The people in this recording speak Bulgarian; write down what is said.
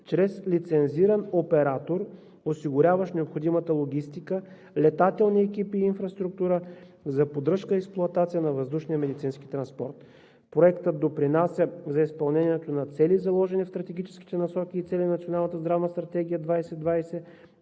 чрез лицензиран оператор, осигуряващ необходимата логистика, летателни екипи и инфраструктура за поддръжка и експлоатация на въздушния медицински транспорт. Проектът допринася за изпълнението на цели, заложени в стратегическите насоки и цели на Националната здравна стратегия 2020,